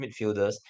midfielders